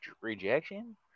rejection